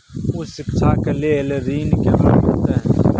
उच्च शिक्षा के लेल ऋण केना मिलते?